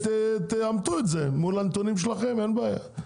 תאמתו את זה מול הנתונים שלכם, אין בעיה.